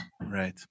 Right